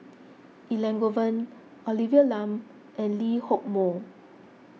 Elangovan Olivia Lum and Lee Hock Moh